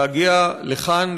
להגיע לכאן,